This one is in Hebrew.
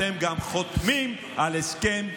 אתם גם חותמים על הסכם קואליציוני,